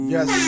Yes